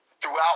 Throughout